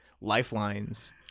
lifelines